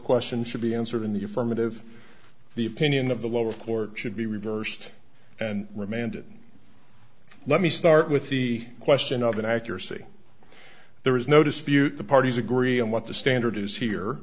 questions should be answered in the affirmative the opinion of the lower court should be reversed and remanded let me start with the question of an accuracy there is no dispute the parties agree on what the standard is here